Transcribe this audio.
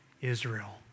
Israel